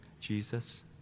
Jesus